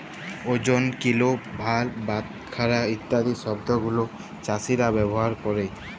ওজন, কিলো, ভার, বাটখারা ইত্যাদি শব্দ গুলো চাষীরা ব্যবহার ক্যরে